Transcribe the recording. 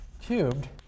cubed